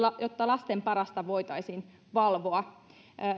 jotta lasten parasta voitaisiin valvoa